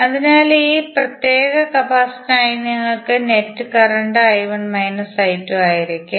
അതിനാൽ ഈ പ്രത്യേക കപ്പാസിറ്ററിനായി നിങ്ങൾക്ക് നെറ്റ് കറന്റ് I1 I2 ആയിരിക്കും